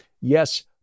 yes